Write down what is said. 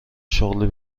شغلی